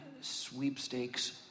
sweepstakes